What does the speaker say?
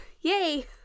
Yay